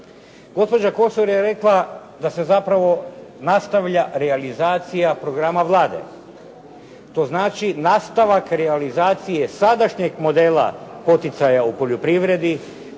Gospođa Kosor je rekla da se zapravo nastavlja realizacija programa Vlade. To znači nastavak realizacije sadašnjeg modela poticaja u poljoprivredi,